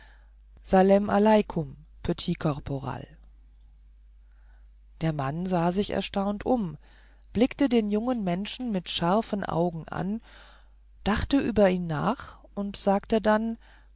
salem aleikum petit caporal der mann sah sich erstaunt um blickte den jungen menschen mit scharfen augen an dachte über ihn nach und sagte dann